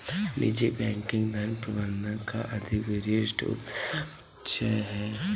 निजी बैंकिंग धन प्रबंधन का अधिक विशिष्ट उपसमुच्चय है